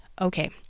okay